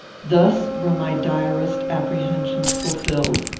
thus were my direst apprehensions fulfilled.